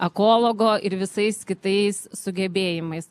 ekologo ir visais kitais sugebėjimais